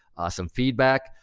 some feedback,